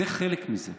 זה חלק מזה.